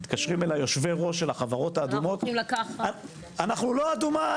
מתקשרים אליי יושבי ראש של החברות האדומות ואומרים "אנחנו לא אדומה,